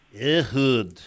Ehud